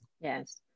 yes